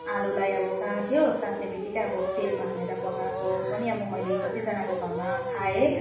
आलुलाई अब काट्यो काट्ने बित्तिकै अब तेलमा हालेर पकाएको पनि अब मैले कतिजनाको घरमा खाएँ